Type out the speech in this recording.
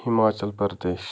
Himachal Pradesh